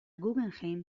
guggenheim